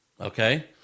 Okay